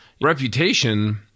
reputation